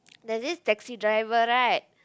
there's this taxi driver right